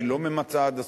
היא לא ממצה עד הסוף,